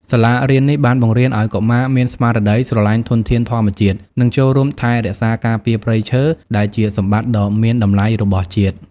សាលារៀននេះបានបង្រៀនឱ្យកុមារមានស្មារតីស្រឡាញ់ធនធានធម្មជាតិ និងចូលរួមថែរក្សាការពារព្រៃឈើ ដែលជាសម្បត្តិដ៏មានតម្លៃរបស់ជាតិ។